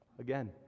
Again